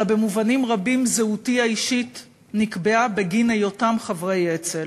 אלא במובנים רבים זהותי האישית נקבעה בגין היותם חברי אצ"ל.